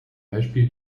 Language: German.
beispiel